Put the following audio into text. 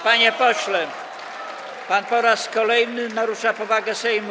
Panie pośle, pan po raz kolejny narusza powagę Sejmu.